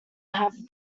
have